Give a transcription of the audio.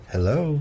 Hello